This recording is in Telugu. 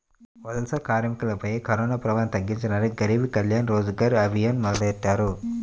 వలస కార్మికులపై కరోనాప్రభావాన్ని తగ్గించడానికి గరీబ్ కళ్యాణ్ రోజ్గర్ అభియాన్ మొదలెట్టారు